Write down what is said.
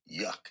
yuck